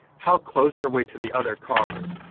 how close are we to the other cars?